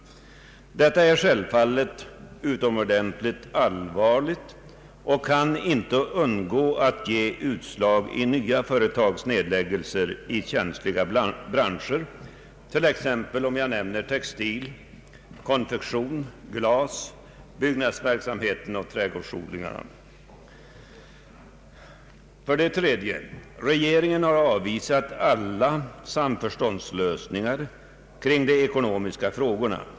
Detta är självfallet utomordentligt allvarligt och kan inte undgå att ge utslag i nya företagsnedläggelser i känsliga branscher, t.ex. textil-, konfektionsoch glasindustrierna, byggnadsverksamhet och trädgårdsodling. För det tredje: Regeringen har avvisat alla samförståndslösningar kring de ekonomiska frågorna.